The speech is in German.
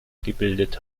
gebildet